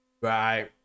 Right